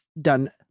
done